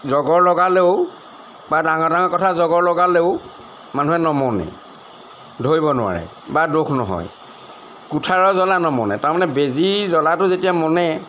জগৰ লগালেও বা ডাঙৰ ডাঙৰ কথা জগৰ লগালেও মানুহে নমনে ধৰিব নোৱাৰে বা দুখ নহয় কুঠাৰৰ জ্বলা নমনে তাৰমানে বেজী জ্বলাটো যেতিয়া মনে